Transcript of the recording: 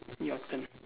your turn